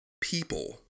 people